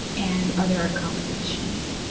and other accommodations.